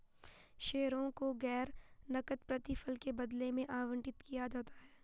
शेयरों को गैर नकद प्रतिफल के बदले में आवंटित किया जाता है